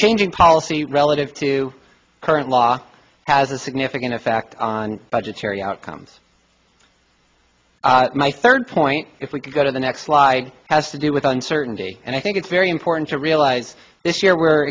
changing policy relative to current law has a significant effect on budgetary outcomes my third point if we can go to the next slide has to do with uncertainty and i think it's very important to realize this year we're